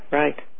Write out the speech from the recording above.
right